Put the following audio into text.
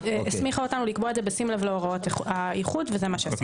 הסמיכה אותנו לקבוע את זה בשים לב להוראות האיחוד וזה מה שעשינו.